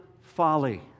Folly